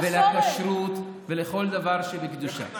ולכשרות ולכל דבר שבקדושה.